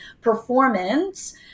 performance